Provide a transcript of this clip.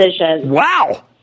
Wow